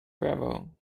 bravo